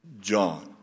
John